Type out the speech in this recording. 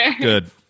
Good